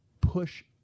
push